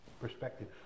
Perspective